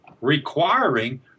requiring